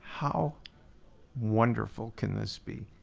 how wonderful can this be?